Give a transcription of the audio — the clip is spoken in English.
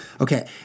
Okay